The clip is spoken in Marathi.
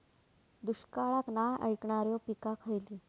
दुष्काळाक नाय ऐकणार्यो पीका खयली?